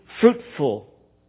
fruitful